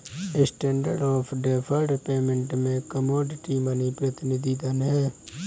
standard of deferred payment में commodity money प्रतिनिधि धन हैं